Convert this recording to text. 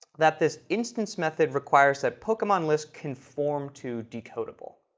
that this instance method requires that pokemonlist conform to decodable.